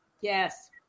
Yes